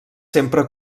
sempre